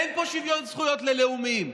אין פה שוויון זכויות ללאומים.